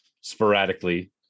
sporadically